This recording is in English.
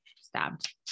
stabbed